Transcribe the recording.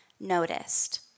noticed